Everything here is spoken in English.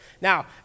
Now